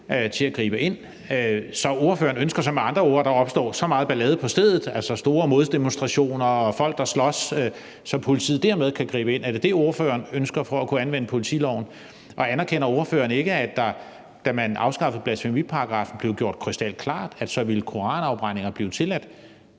til at gribe ind. Så ordføreren ønsker så med andre ord, at der opstår så meget ballade på stedet, altså store moddemonstrationer og folk, der slås, så politiet dermed kan gribe ind. Er det det, ordføreren ønsker for at kunne anvende politiloven? Anerkender ordføreren ikke, at det, da man afskaffede blasfemiparagraffen, blev gjort krystalklart, at så ville koranafbrændinger blive tilladt?